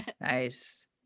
Nice